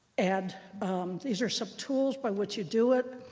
and these are some tools by which you do it.